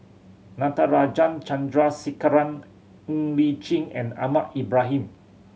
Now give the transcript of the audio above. Natarajan Chandrasekaran Ng Li Chin and Ahmad Ibrahim